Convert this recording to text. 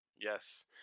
Yes